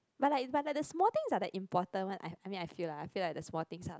but like but like the small things are the important one I mean I feel lah I feel like the small things are like